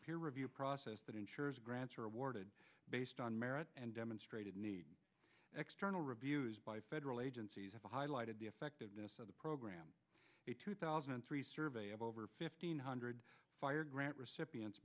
peer review process that ensures grants are awarded based on merit and demonstrated need external reviews by federal agencies have highlighted the effectiveness of the program two thousand and three survey of over fifteen hundred fire grant recipients